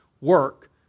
work